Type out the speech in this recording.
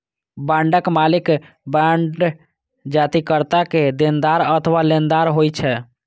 बांडक मालिक बांड जारीकर्ता के देनदार अथवा लेनदार होइ छै